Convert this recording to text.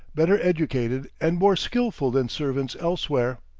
better educated, and more skillful than servants elsewhere.